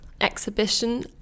exhibition